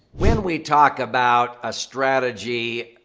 when we talk about a strategy